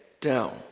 down